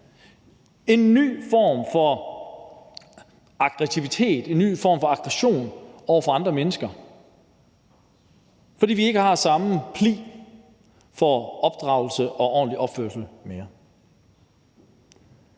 en ny form for aggressivitet, en ny form for aggression over for andre mennesker, fordi vi ikke har samme pli, hvad angår opdragelse og ordentlig opførsel, mere.